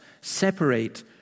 separate